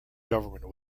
government